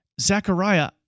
Zechariah